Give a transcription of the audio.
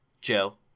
Joe